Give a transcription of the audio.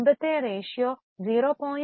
മുൻപത്തെ റേഷ്യോ 0